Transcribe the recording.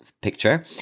picture